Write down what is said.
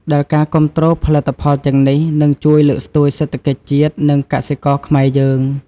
ដែលការគាំទ្រផលិតផលទាំងនេះ នឹងជួយលើកស្ទួយសេដ្ឋកិច្ចជាតិ និងកសិករខ្មែរយើង។